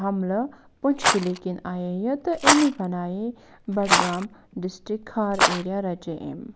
حَملہٕ پُںٛچکلی کِنۍ آیے یہِ تہٕ أمہِ بَنایے بڈگام ڈِسٹرک کھار اٮ۪ریا رَچے أمۍ